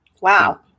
Wow